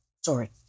Sorry